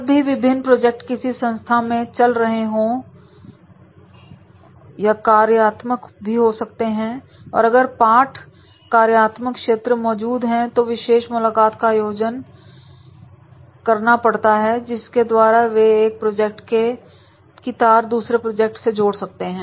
जब भी विभिन्न प्रोजेक्ट किसी संस्था में चल रहे हो क्रॉस फंक्शनल भी हो सकते हैं और अगर क्रॉस फंक्शनल क्षेत्र मौजूद है तो विशेष मुलाकात का आयोजन करना पड़ता है जिसके द्वारा वे एक प्रोजेक्ट की तार दूसरे प्रोजेक्ट से जोड़ सकते हैं